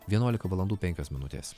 vienuolika valandų penkios minutės